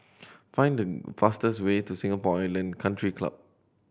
find the fastest way to Singapore Island Country Club